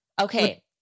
Okay